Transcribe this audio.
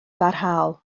barhaol